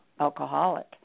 alcoholic